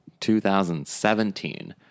2017